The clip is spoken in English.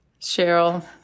Cheryl